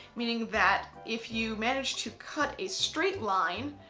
meaning that if you manage to cut a straight line,